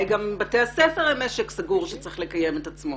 גם בתי הספר הם משק סגור שצריך לקיים את עצמו.